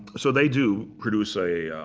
so they do produce a